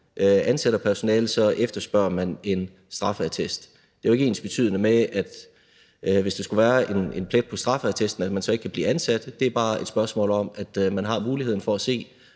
ansætter personale, efterspørger man en straffeattest. Det er jo ikke ensbetydende med, at de, hvis der skulle være en plet på straffeattesten, så ikke kan blive ansat; det er bare et spørgsmål om, at man har muligheden for at se,